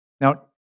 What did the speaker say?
Now